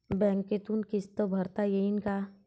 बँकेतून किस्त भरता येईन का?